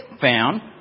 found